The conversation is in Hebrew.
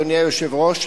אדוני היושב-ראש,